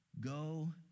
Go